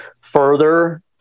further